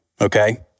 Okay